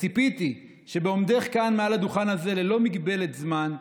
ציפיתי שבעומדך כאן מעל הדוכן הזה ללא מגבלת זמן,